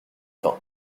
vingt